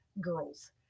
girls